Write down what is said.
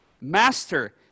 Master